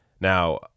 Now